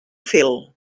fil